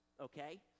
okay